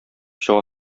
чыга